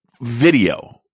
video